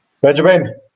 Benjamin